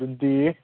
ꯑꯗꯨꯗꯤ